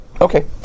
Okay